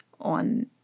on